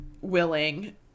willing